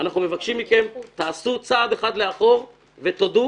אנחנו מבקשים מכם: תעשו צעד אחד לאחור ותודו,